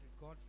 God